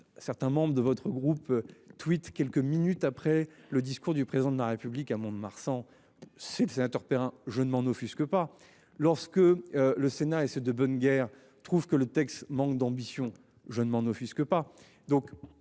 Certains membres de votre groupe tweet quelques minutes après le discours du président de la République à Mont-de-Marsan. C'est le sénateur Perrin. Je ne m'en offusque pas lorsque le Sénat et c'est de bonne guerre trouvent que le texte manque d'ambition. Je ne m'en offusque pas,